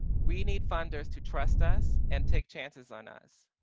we need funders to trust us and take chances on us.